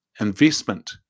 investment